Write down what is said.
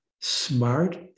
smart